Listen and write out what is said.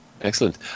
Excellent